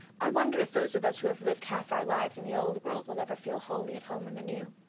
i wonder if those of us who have lived half our lives in the old world will ever feel wholly at home in the new.